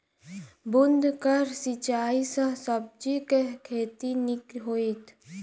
बूंद कऽ सिंचाई सँ सब्जी केँ के खेती नीक हेतइ?